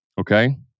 okay